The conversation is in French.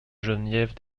geneviève